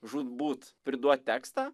žūtbūt priduot tekstą